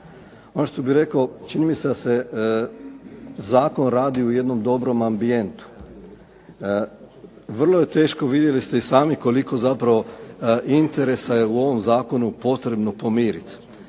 Ono što bih rekao, čini mi se da se zakon radi u jednom dobrom ambijentu. Vrlo je teško, vidjeli ste i sami koliko zapravo interesa je u ovom zakonu potrebno pomirit.